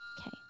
okay